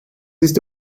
ist